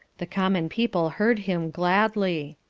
the common people heard him gladly.